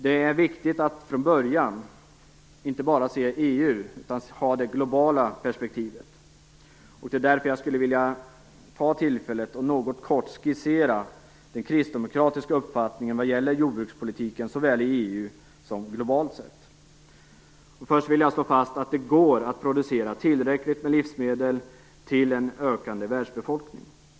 Det är viktigt att från början inte bara se EU utan också ha det globala perspektivet. Jag skulle därför vilja ta tillfället och något kort skissera den kristdemokratiska uppfattningen vad gäller jordbrukspolitiken såväl i EU som globalt sett. Först vill jag slå fast att det går att producera tillräckligt med livsmedel till en ökande världsbefolkning.